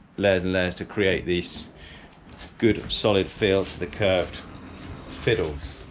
layers and layers, to create this good solid feel to the curved fiddles,